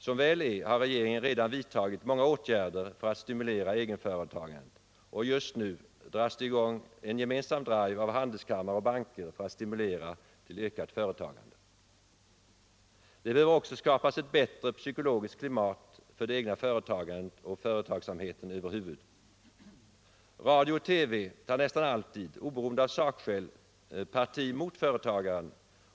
Som väl är har regeringen redan vidtagit många åtgärder för att stimulera egenföretagandet, och just nu dras det i gång en gemensam drive av handelskammare och banker för att stimulera till ökat företagande. Det behövs också ett bättre psykologiskt klimat för det egna företagandet och för företagsamheten över huvud. Radio och TV tar nästan alltid, oberoende av sakskäl, parti mot företagaren.